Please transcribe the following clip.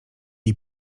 jej